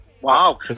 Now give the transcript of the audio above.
Wow